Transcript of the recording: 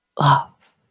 love